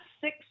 six